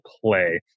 play